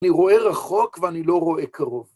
אני רואה רחוק ואני לא רואה קרוב.